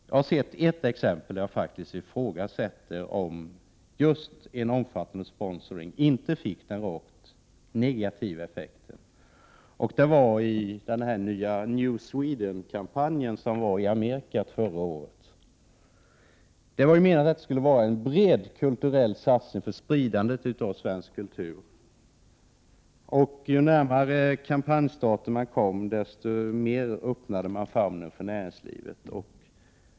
Jag har sett ett exempel där jag faktiskt ifrågasätter om inte omfattande sponsring fick rent negativa effekter. Det var i New Sweden-kampanjen som bedrevs i Amerika förra året. Avsikten med den var en bred kulturell satsning för spridande av svensk kultur. Ju närmare kampanjstarten man kom, desto mer öppnade man famnen för näringslivet.